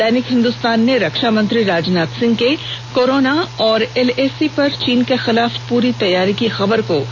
दैनिक हिंदुस्तान ने रक्षा मंत्री राजनाथ सिंह के कोरोना और एलएसी पर चीन के खिलाफ पूरी तैयारी की खबर को जगह दी गई है